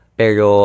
pero